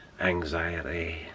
anxiety